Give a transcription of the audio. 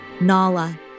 Nala